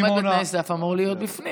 כל מי שעומד בתנאי הסף אמור להיות בפנים,